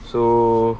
so